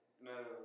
No